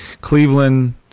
Cleveland